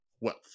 wealth